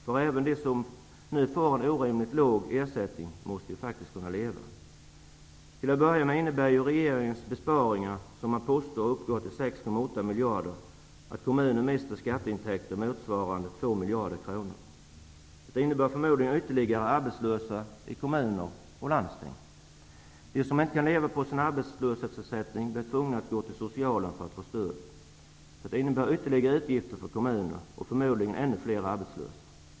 För även de som nu får en orimligt låg ersättning måste ju kunna leva. Till att börja med innebär ju regeringens besparing, som man påstår uppgår till 6,8 miljarder kronor, att kommunerna mister skatteintäkter motsvarande 2 miljarder kronor. Det innebär förmodligen ytterligare arbetslösa i kommuner och landsting. De som inte kan leva på sin arbetslöshetsersättning blir tvingade att gå till socialen för att få stöd. Det innebär ytterligare utgifter för kommunerna och förmodligen ännu fler arbetslösa.